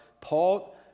Paul